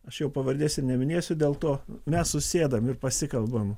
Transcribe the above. aš jau pavardės ir neminėsiu dėl to mes susėdam ir pasikalbam